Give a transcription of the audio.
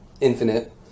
infinite